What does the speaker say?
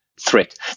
threat